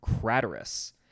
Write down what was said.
Craterus